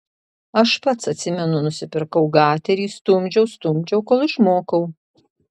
aš pats atsimenu nusipirkau gaterį stumdžiau stumdžiau kol išmokau